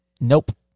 Nope